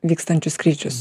vykstančius skrydžius